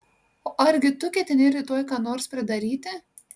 o argi tu ketini rytoj ką nors pridaryti